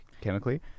chemically